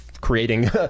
creating